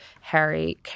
Harry –